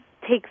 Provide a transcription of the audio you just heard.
takes